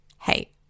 Hey